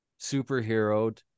superheroed